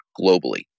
globally